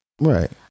Right